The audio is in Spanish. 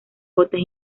botes